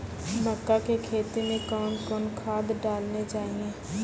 मक्का के खेती मे कौन कौन खाद डालने चाहिए?